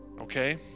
Okay